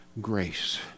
grace